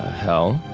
hell.